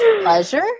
pleasure